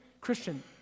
Christian